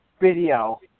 video